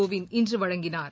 கோவிந்த் இன்று வழங்கினார்